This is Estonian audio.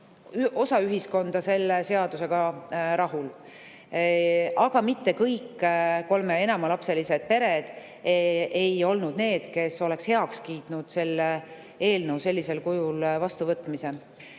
osa ühiskonda selle seadusega rahul, aga mitte kõik kolme‑ ja enamalapselised pered ei oleks heaks kiitnud selle eelnõu sellisel kujul vastuvõtmist.